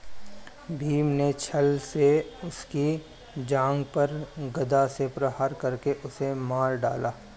भीम ने छ्ल से उसकी जांघ पर गदा से प्रहार करके उसे मार डाला